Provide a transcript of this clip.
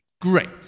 Great